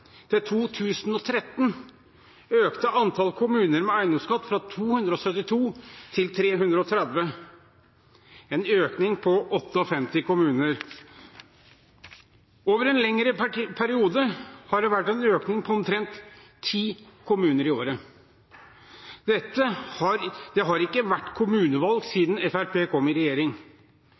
til 2013 økte antallet kommuner med eiendomsskatt fra 272 til 330, en økning på 58 kommuner. Over en lengre periode har det vært en økning på omtrent ti kommuner i året. Det har ikke vært kommunevalg siden Fremskrittspartiet kom i regjering.